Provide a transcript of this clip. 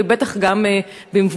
ובטח גם במבוגרים.